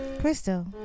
Crystal